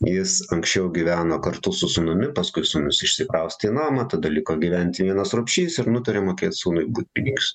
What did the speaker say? jis anksčiau gyveno kartu su sūnumi paskui sūnus išsikraustė į namą tada liko gyventi vienas rupšys ir nutarė mokėt sūnui butpinigius